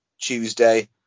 Tuesday